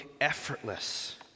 effortless